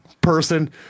person